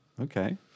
okay